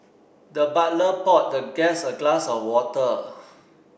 the butler poured the guest a glass of water